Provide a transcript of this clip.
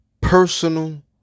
personal